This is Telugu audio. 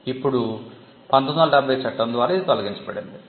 ఇప్పుడు 1970 చట్టం ద్వారా ఇది తొలగించబడింది